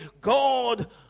God